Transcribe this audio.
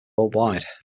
worldwide